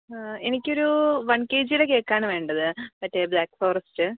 എനിക്ക് ഒരു one K G യുടെ കേക്ക് ആണ് വേണ്ടത് മറ്റേ ബ്ലാക്ക് ഫോറസ്റ്റ്